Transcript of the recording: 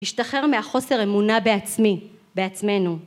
השתחרר מהחוסר אמונה בעצמי, בעצמנו.